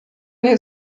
nie